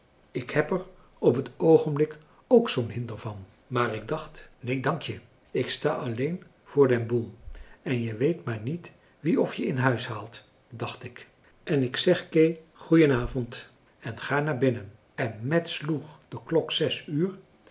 ik heb er op het oogenblik ook zoo'n hinder van maar ik dacht neen dank je ik sta alleen voor den boel en je weet maar niet wie of je in huis haalt dacht ik en ik zeg kee goênavond en ga naar binnen en met sloeg de klok zes uur